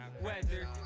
weather